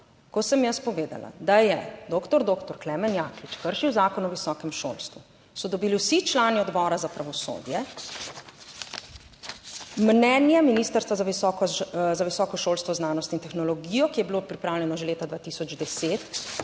ko sem jaz povedala, da je doktor doktor Klemen Jaklič kršil Zakon o visokem šolstvu, so dobili vsi člani Odbora za pravosodje, mnenje Ministrstva za visoko šolstvo, znanost in tehnologijo, ki je bilo pripravljeno že leta 2010,